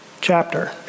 chapter